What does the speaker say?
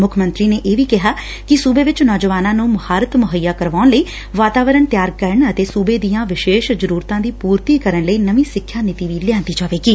ਮੁੱਖ ਮੰਤਰੀ ਨੇ ਇਹ ਵੀ ਕਿਹਾ ਕਿ ਸੁਬੇ ਵਿਚ ਨੌਜਵਾਨਾ ਨੂੰ ਮੁਹਾਰਤ ਮੁੱਏੀਆ ਕਰਵਾਉਣ ਲਈ ਵਾਤਾਵਰਨ ਤਿਆਰ ਕਰਨ ਅਤੇ ਸੁਬੇ ਦੀਆਂ ਵਿਸ਼ੇਸ਼ ਜ਼ਰੁਰਤਾਂ ਦੀ ਪੁਰਤੀ ਕਰਨ ਲਈ ਨਵੀਂ ਸਿੱਖਿਆ ਨੀਤੀ ਵੀ ਲਿਆਂਦੀ ਜਾਵੇਗੀ